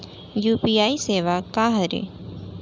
UPI सेवा का हरे?